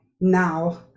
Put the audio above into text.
now